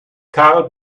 karl